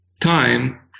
time